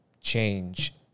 change